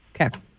Okay